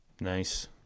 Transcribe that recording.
Nice